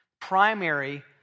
primary